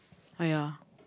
ah ya